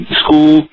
school